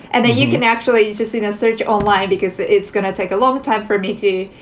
and that you can actually use just in a search online because it's going to take a long time for me to,